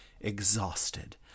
exhausted